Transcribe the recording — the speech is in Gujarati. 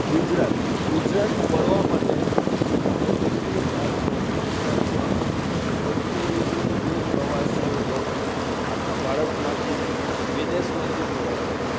ગુજરાત ગુજરાત ફરવા માટે સૌથી સારું અને ગુજરાતમાં સૌથી વધુ પ્રવાસન લોકો આખા ભારતમાંથી વિદેશમાંથી પણ ઘણા આવે છે